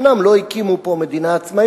אומנם הם לא הקימו פה מדינה עצמאית,